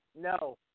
no